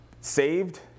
saved